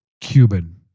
Cuban